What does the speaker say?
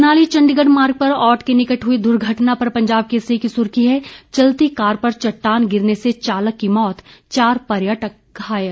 मनाली चंडीगढ़ मार्ग पर औट के निकट हुई दुर्घटना पर पंजाब केसरी की सुर्खी है चलती कार पर चट्टान गिरने से चालक की मौत चार पर्यटक घायल